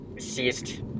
Ceased